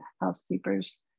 housekeepers